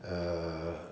err